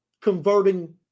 converting